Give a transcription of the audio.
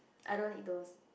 I don't need those